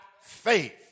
faith